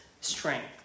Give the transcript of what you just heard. strength